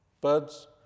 Birds